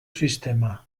sistema